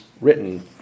written